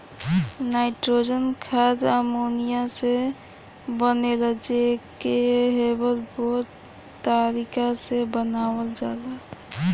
nitrogen खाद ammonia से बनेला जे के हैबर बोच तारिका से बनावल जाला